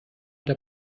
der